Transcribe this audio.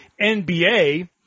NBA